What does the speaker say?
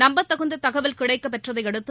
நம்பத்தகுந்த தகவல் கிடைக்கப் பெற்றதையடுத்து